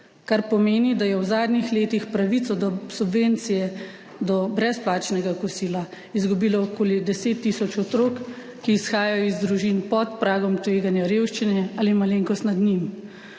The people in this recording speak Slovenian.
kar pomeni, da je v zadnjih letih pravico do subvencije do brezplačnega kosila izgubilo okoli 10 tisoč otrok, ki izhajajo iz družin pod pragom tveganja revščine ali malenkost nad njim.